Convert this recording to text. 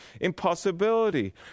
impossibility